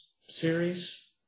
series